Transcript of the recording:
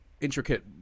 intricate